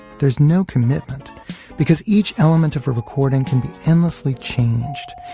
there's no commitment because each element of a recording can be endlessly changed.